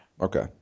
Okay